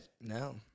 No